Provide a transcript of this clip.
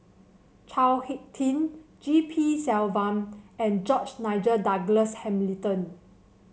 Chao HicK Tin G P Selvam and George Nigel Douglas Hamilton